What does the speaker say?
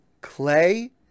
clay